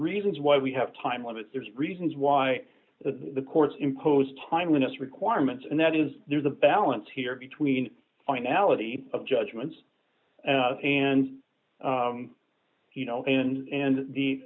reasons why we have time limits there's reasons why the courts impose time with us requirements and that is there's a balance here between finality of judgments and you know and and the